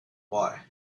boy